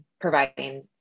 providing